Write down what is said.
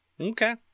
Okay